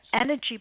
energy